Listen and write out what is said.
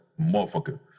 motherfucker